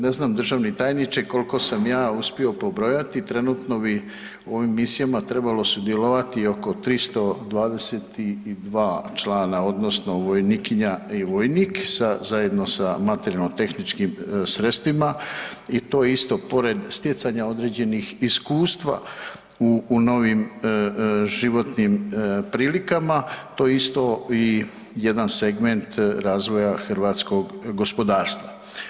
Ne znam državni tajniče koliko sam ja uspio pobrojati trenutno bi u ovim misijama trebalo sudjelovati oko 322 člana odnosno vojnikinja i vojnik zajedno sa materijalno-tehničkim sredstvima i to isto pored stjecanja određenih iskustva u novim životnim prilikama, to isto i jedan segment razvoja hrvatskog gospodarstva.